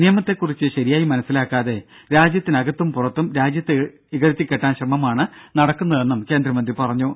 നിയമത്തെകുറിച്ച് ശരിയായി മനസിലാക്കാതെ രാജ്യത്തിനകത്തും പുറത്തും രാജ്യത്തെ ഇകഴ്ത്തികെട്ടാൻ ശ്രമമാണ് നടക്കുന്നതെന്നും കേന്ദ്രമന്ത്രി പറഞ്ഞു